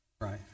Right